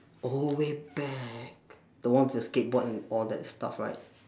oh way back the one with the skateboard and all that stuff right